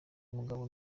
umugabo